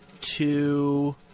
two